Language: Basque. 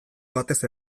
batez